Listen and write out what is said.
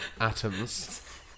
atoms